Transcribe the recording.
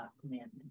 Commandment